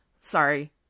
Sorry